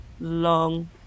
long